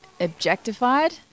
objectified